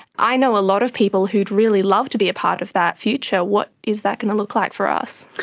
i know a lot of people who would really love to be a part of that future. what is that going to look like for us?